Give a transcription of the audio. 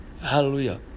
Hallelujah